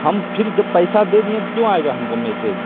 ہم پھر جب پیسہ دے دیے ہیں تو کیوں آئے گا ہم کو میسج